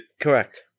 Correct